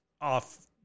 off